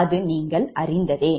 அது நீங்கள் அறிந்ததே